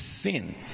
sin